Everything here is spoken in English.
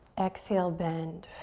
exhale, bend.